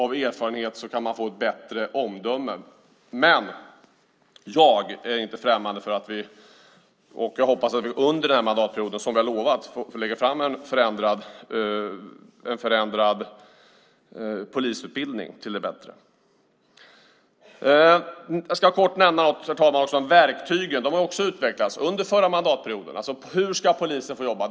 Av erfarenhet kan man få ett bättre omdöme. Jag hoppas att vi under den här mandatperioden, som vi har lovat, får lägga fram en polisutbildning som är förändrad till det bättre. Jag ska kort nämna något om verktygen. De har också utvecklats. Hur ska polisen få jobba?